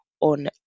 on